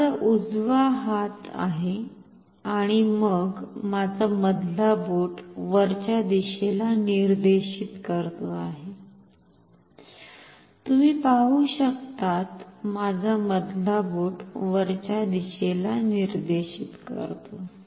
हा माझा उजवा हात आहे आणि मग माझा मधला बोट वरच्या दिशेला निर्देशित करतो आहे तुम्ही पाहु शकतात माझा मधला बोट वरच्या दिशेला निर्देशित करतो